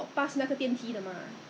I see oh okay